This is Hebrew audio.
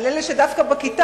על אלה שהם דווקא בכיתה,